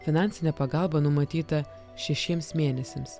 finansinė pagalba numatyta šešiems mėnesiams